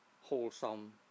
wholesome